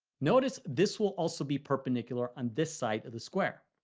notice this will also be perpendicular on this side of the square.